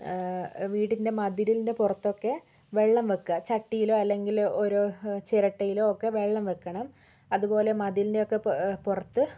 വീടിൻ്റെ മതിലിൻ്റെ പുറത്ത് ഒക്കെ വെള്ളം വയ്ക്കുക ചട്ടിയിലോ അല്ലെങ്കിൽ ഒരു ചിരട്ടയിലോ ഒക്കെ വെള്ളം വയ്ക്കണം അതുപോലെ മതിലിൻ്റെ ഒക്കെ പുറത്ത്